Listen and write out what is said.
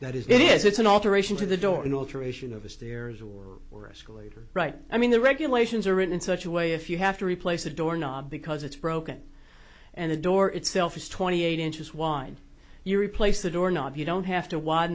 that is that is it's an alteration to the door an alteration of the stairs or or escalator right i mean the regulations are written in such a way if you have to replace a door knob because it's broken and the door itself is twenty eight inches wide you replace the door knob you don't have to w